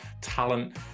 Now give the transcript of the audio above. talent